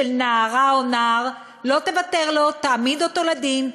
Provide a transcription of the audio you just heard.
של נערה או נער, לא תוותר לו, תעמיד אותו לדין.